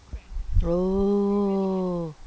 oh